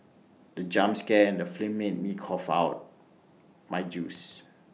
the jump scare in the film made me cough out my juice